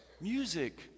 Music